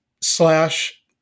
Slash